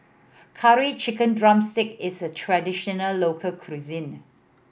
Curry Chicken drumstick is a traditional local cuisine